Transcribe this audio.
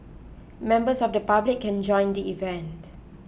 members of the public can join the event